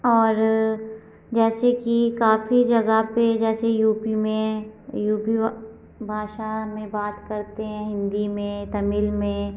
और अ जैसे कि काफी जगह पर जैसे यूपी में यूपी भाषा में बात करते हैं हिंदी में तमिल में